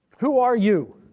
who are you?